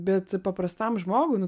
bet paprastam žmogui nu